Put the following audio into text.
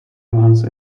once